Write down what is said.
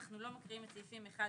אנחנו לא מקריאים את סעיפים 6-1,